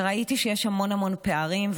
וראיתי שיש המון המון פערים,